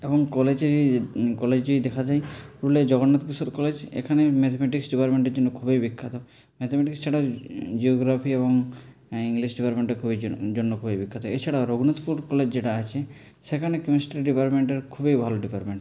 এবং কলেজে কলেজ যদি দেখা যায় পুরুলিয়ার জগন্নাথ কিশোর কলেজ এখানে ম্যাথামেটিক্স ডিপার্টমেন্টের জন্য খুবই বিখ্যাত ম্যাথামেটিক্স ছাড়া জিওগ্রাফি এবং ইংলিশ ডিপার্টমেন্টটার জন্য খুবই বিখ্যাত এছাড়াও রঘুনাথপুর কলেজ যেটা আছে সেখানে কেমিস্ট্রি ডিপার্টমেন্টটার খুবই ভালো ডিপার্টমেন্ট